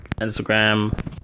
Instagram